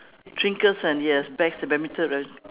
trinkets and yes bags and badminton ra~